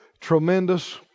tremendous